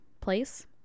place